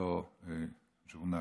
באותו ז'ורנל,